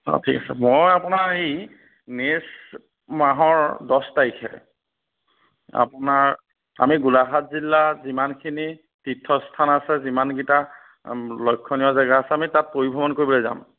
অঁ ঠিক আছে মই আপোনাৰ এই নেক্সট মাহৰ দহ তাৰিখে আপোনাৰ আমি গোলাঘাট জিলাৰ যিমানখিনি তীৰ্থস্থান আছে যিমানকেইটা লক্ষণীয় জেগা আছে আমি তাত পৰিভ্ৰমণ কৰিবলৈ যাম